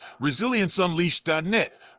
ResilienceUnleashed.net